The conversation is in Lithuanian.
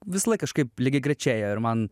visąlaik kažkaip lygiagrečiai ėjo ir man